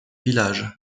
villages